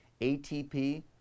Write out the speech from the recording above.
ATP